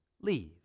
Leave